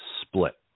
split